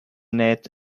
net